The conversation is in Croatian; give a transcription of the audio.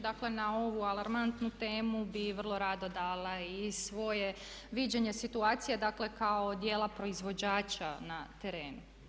Dakle, na ovu alarmantnu temu bi vrlo rado dala i svoje viđenje situacije dakle kao djela proizvođača na terenu.